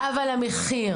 אבל המחיר